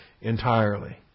entirely